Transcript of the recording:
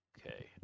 Okay